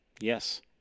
Yes